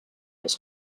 its